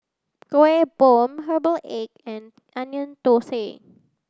bom herbal egg and onion thosai